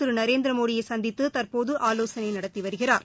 திரு நரேந்திரமோடியை சந்தித்து தற்போது ஆலோசனை நடத்தி வருகிறார்